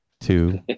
two